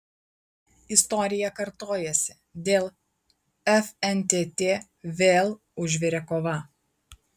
istorija kartojasi dėl fntt vėl užvirė kova